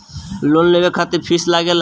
Loan लेवे खातिर fees लागेला?